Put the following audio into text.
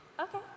Okay